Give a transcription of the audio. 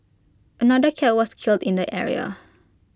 another cat was killed in the area